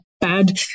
bad